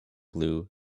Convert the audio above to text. blue